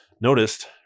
noticed